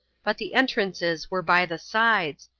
but the entrances were by the sides,